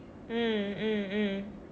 mm mm mm